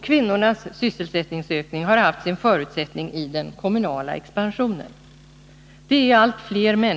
Kvinnornas sysselsättningsökning har haft sin förutsättning i den kommunala expansionen.